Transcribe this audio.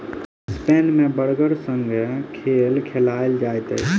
Spain मे बड़दक संग खेल खेलायल जाइत अछि